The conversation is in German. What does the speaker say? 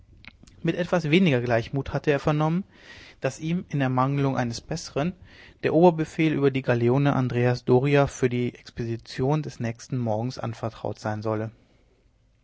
mit etwas weniger gleichmut hat er vernommen daß ihm in ermangelung eines bessern der oberbefehl über die galeone andrea doria für die expedition des nächsten morgens anvertraut sein solle